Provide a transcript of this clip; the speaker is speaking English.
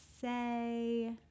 say